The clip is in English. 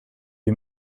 you